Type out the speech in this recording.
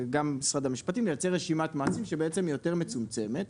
לייצר רשימת מעשים שהיא יותר מצומצמת.